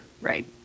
Right